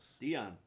Dion